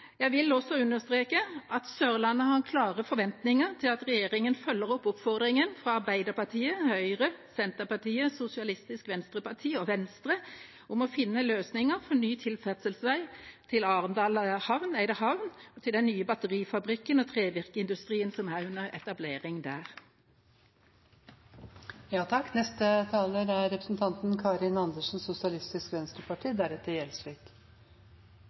Jeg vil også understreke at Sørlandet har klare forventninger til at regjeringa følger opp oppfordringen fra Arbeiderpartiet, Høyre, Senterpartiet, Sosialistisk Venstreparti og Venstre om å finne løsninger for ny tilførselsvei til Arendal havn Eydehavn og til den nye batterifabrikken og trevirkeindustrien som er under etablering der. Når det gjelder veg, er